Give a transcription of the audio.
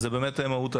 זה באמת מהות האירוע,